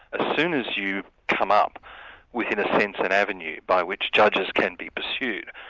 ah soon as you come up with, in a sense, an avenue by which judges can be pursued,